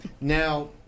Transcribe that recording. Now